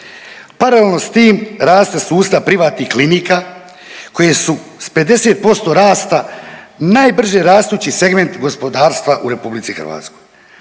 Paralelno s tim raste sustav privatnih klinika koje su s 50% rasta najbrže rastući segment gospodarstva u RH. Stoga